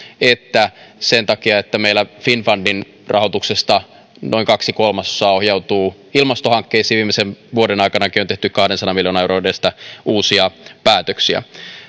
että sen takia että meillä finnfundin rahoituksesta noin kaksi kolmasosaa ohjautuu ilmastohankkeisiin viimeisen vuoden aikana on tehty kahdensadan miljoonan euron edestä uusia päätöksiä